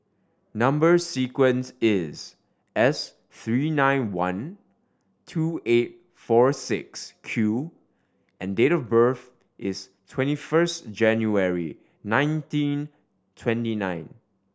number sequence is S three nine one two eight four six Q and date of birth is twenty first January nineteen twenty nine